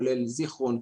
זיכרון,